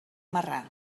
marrà